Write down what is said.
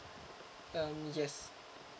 um yes